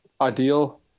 ideal